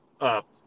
up